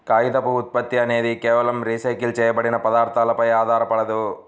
కాగితపు ఉత్పత్తి అనేది కేవలం రీసైకిల్ చేయబడిన పదార్థాలపై ఆధారపడదు